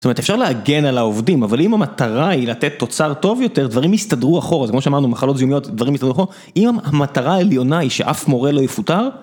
זאת אומרת, אפשר להגן על העובדים, אבל אם המטרה היא לתת תוצר טוב יותר, דברים יסתדרו אחורה, זה כמו שאמרנו, מחלות זיהומיות, דברים יסתדרו אחורה, אם המטרה העליונה היא שאף מורה לא יפוטר